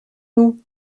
nous